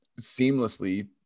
seamlessly